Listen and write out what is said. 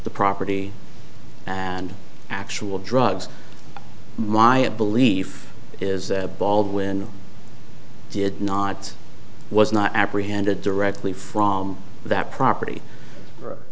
the property and actual drugs my a belief is that baldwin did not was not apprehended directly from that property